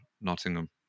Nottingham